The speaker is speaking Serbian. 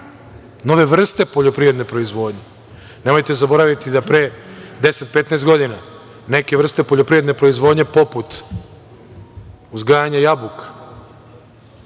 nove vrste poljoprivredne proizvodnje, nemojte zaboraviti da pre 10-15 godina neke vrste poljoprivredne proizvodnje poput uzgajanja jabuka,